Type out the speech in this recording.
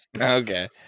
okay